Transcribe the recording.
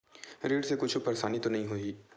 ऋण से कुछु परेशानी तो नहीं होही?